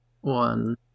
one